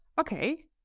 okay